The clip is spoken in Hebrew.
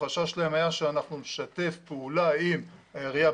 החשש שלהם היה שאנחנו נשתף פעולה עם העירייה,